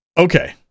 Okay